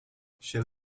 she